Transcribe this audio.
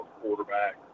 quarterback